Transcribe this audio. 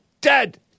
Dead